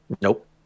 Nope